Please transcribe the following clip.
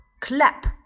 clap